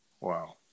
Wow